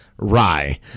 Rye